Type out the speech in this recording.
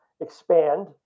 expand